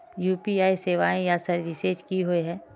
UPI सेवाएँ या services की होय?